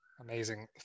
Amazing